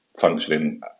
functioning